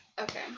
Okay